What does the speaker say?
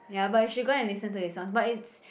ya but you should go and listen to his song but it's